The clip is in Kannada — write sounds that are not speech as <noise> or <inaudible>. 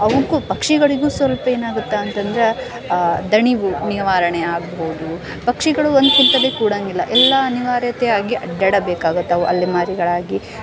ಅವಕ್ಕೂ ಪಕ್ಷಿಗಳಿಗೂ ಸ್ವಲ್ಪ ಏನಾಗುತ್ತೆ ಅಂತಂದ್ರೆ ದಣಿವು ನಿವಾರಣೆಯಾಗ್ಬೋದು ಪಕ್ಷಿಗಳು ಒಂದು <unintelligible> ಕೂಡಂಗಿಲ್ಲ ಎಲ್ಲ ಅನಿವಾರ್ಯತೆಯಾಗಿ ಅಡ್ಡಾಡಬೇಕಾಗುತ್ತವು ಅಲೆಮಾರಿಗಳಾಗಿ